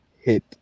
hit